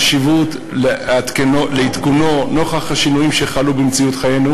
על החשיבות של עדכון החוק נוכח השינויים שחלו במציאות חיינו